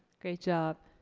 great job.